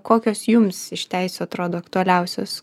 kokios jums iš teisių atrodo aktualiausios